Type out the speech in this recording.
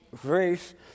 grace